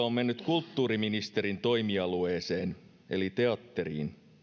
on mennyt kulttuuriministerin toimialueeseen eli teatteriin